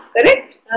Correct